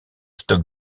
stocks